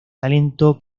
talento